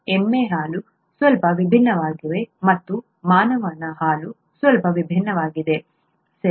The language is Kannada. ಎಮ್ಮೆ ಹಾಲು ಸ್ವಲ್ಪ ವಿಭಿನ್ನವಾಗಿದೆ ಮತ್ತು ಮಾನವ ಹಾಲು ಸ್ವಲ್ಪ ವಿಭಿನ್ನವಾಗಿದೆ ಸರಿ